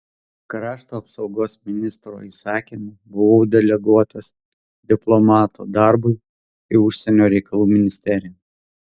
krašto apsaugos ministro įsakymu buvau deleguotas diplomato darbui į užsienio reikalų ministeriją